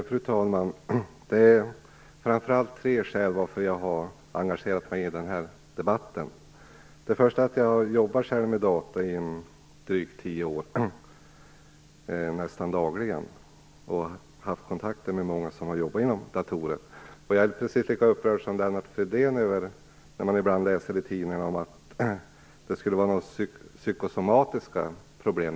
Fru talman! Det är framför allt av tre skäl som jag engagerar mig i debatten. Det första är att jag själv sedan drygt tio år nästan dagligen arbetar med data och har kontakter med många andra som arbetar med datorer. Jag är precis lika upprörd som Lennart Fridén över det man ibland får läsa i tidningar om att det skulle vara fråga om psykosomatiska problem.